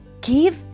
give